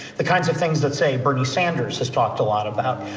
the kinds of things that say bernie sanders has talked a lot about,